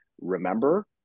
remember